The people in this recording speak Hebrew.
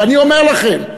ואני אומר לכם,